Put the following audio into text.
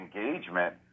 engagement